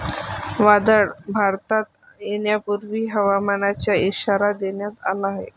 वादळ भारतात येण्यापूर्वी हवामानाचा इशारा देण्यात आला आहे